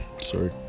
sorry